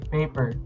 Paper